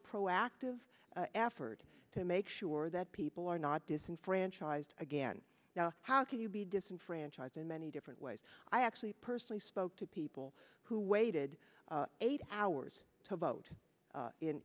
proactive effort to make sure that people are not disenfranchised again now how can you be disenfranchised in many different ways i actually personally spoke to people who waited eight hours to vote in in